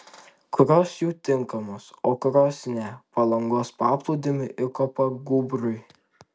kurios jų tinkamos o kurios ne palangos paplūdimiui ir kopagūbriui